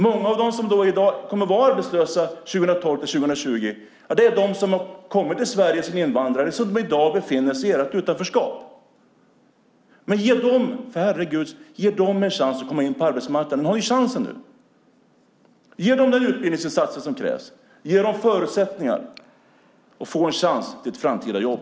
Många som kommer att vara arbetslösa 2012-2020 är de som har kommit till Sverige som invandrare och som i dag befinner sig i ert utanförskap. Ge dem en chans att komma in på arbetsmarknaden! Ni har ju chansen nu. Ge dem den utbildningsinsats som krävs! Ge dem förutsättningar att få en chans till ett framtida jobb!